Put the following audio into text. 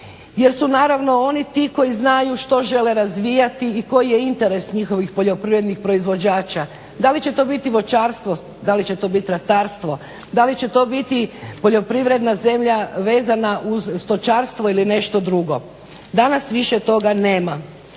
jer su naravno oni ti koji znaju što žele razvijati i koji je interes njihovih poljoprivrednih proizvođača. Da li će to biti voćarstvo, da li će to bit ratarstvo, da li će to biti poljoprivredna zemlja vezana uz stočarstvo ili nešto drugo. Danas više toga nema.